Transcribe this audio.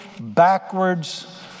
backwards